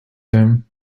them